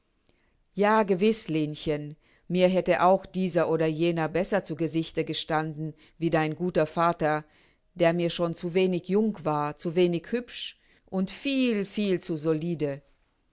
ja gewiß linchen mir hätte auch dieser oder jener besser zu gesichte gestanden wie dein guter vater der mir schon zu wenig jung war zu wenig hübsch und viel viel zu solide